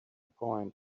point